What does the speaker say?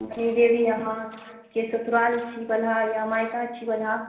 रानी देवी अहाँके ससुराल छी बलहा या मायका छी बलहा